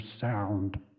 sound